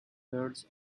girls